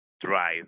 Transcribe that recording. drive